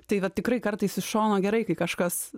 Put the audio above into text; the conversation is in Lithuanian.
tai va tikrai kartais iš šono gerai kai kažkas